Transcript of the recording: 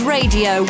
Radio